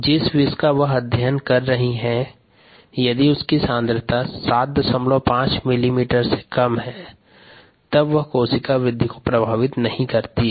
जिस विष का वह अध्ययन कर रही है यदि उसकी सांद्रता 75 मिलीमीटर से कम है तब वेह कोशिका की वृद्धि को प्रभावित नहीं करता है